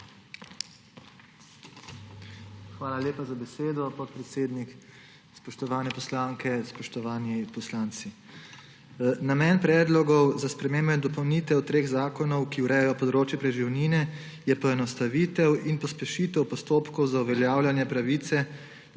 Hvala lepa za besedo, podpredsednik. Spoštovane poslanke, spoštovani poslanci! Namen predlogov za spremembo in dopolnitev treh zakonov, ki urejajo področje preživnine, je poenostavitev in pospešitev postopkov za uveljavljanje pravice